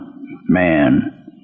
man